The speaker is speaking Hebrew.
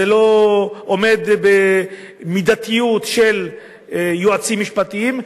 לא עומד במידתיות של יועצים משפטיים.